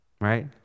right